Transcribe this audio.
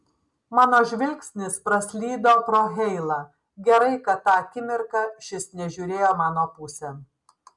mano žvilgsnis praslydo pro heilą gerai kad tą akimirką šis nežiūrėjo mano pusėn